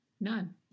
None